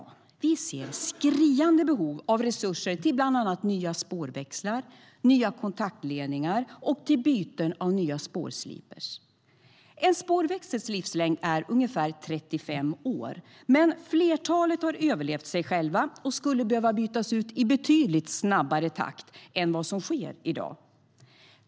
Vi ser skriande behov av resurser till bland annat nya spårväxlar, nya kontaktledningar och byten av nya spårsliprar. En spårväxels livslängd är ungefär 35 år, men flertalet har överlevt sig själva och skulle behöva bytas ut i betydligt snabbare takt än vad som sker i dag.